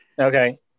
Okay